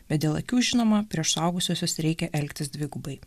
bet dėl akių žinoma prieš suaugusiuosius reikia elgtis dvigubai